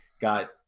got